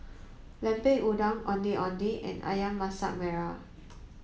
Lemper Udang Ondeh Ondeh and Ayam Masak Merah